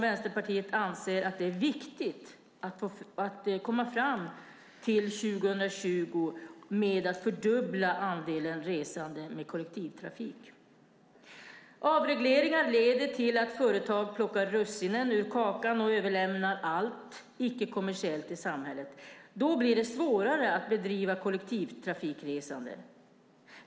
Vänsterpartiet anser att det är viktigt att fördubbla andelen resande med kollektivtrafik fram till 2020. Avregleringar leder till att företag plockar russinen ur kakan och överlämnar allt icke-kommersiellt till samhället. Då blir det svårare att bedriva kollektivtrafikresande.